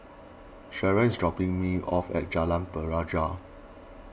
Sharen is dropping me off at Jalan Pelajau